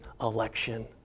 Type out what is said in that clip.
election